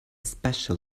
special